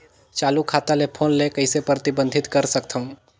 चालू खाता ले फोन ले कइसे प्रतिबंधित कर सकथव?